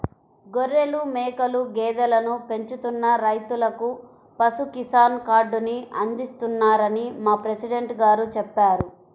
గొర్రెలు, మేకలు, గేదెలను పెంచుతున్న రైతులకు పశు కిసాన్ కార్డుని అందిస్తున్నారని మా ప్రెసిడెంట్ గారు చెప్పారు